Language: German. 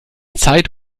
zeit